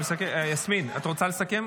יסמין, אתם רוצים לסכם?